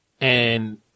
and-